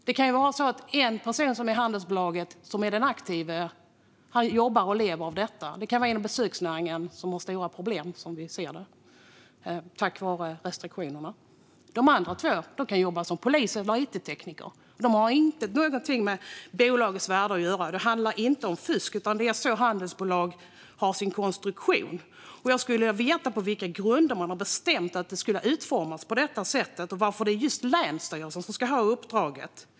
Det kan vara på det sättet att en person i handelsbolaget, den aktiva, jobbar med och lever av detta, till exempel inom besöksnäringen som vi ser har stora problem - tack vare restriktionerna. De andra två kan jobba som polis eller it-tekniker och har ingenting med bolagets värde att göra. Det handlar inte om fusk, utan det är så handelsbolag är konstruerade. Jag vill veta på vilka grunder man har bestämt att det skulle utformas på detta sätt och varför just länsstyrelsen ska ha uppdraget.